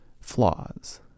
flaws